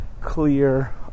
clear